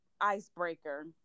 icebreaker